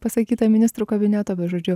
pasakyta ministrų kabineto bet žodžiu